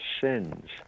sins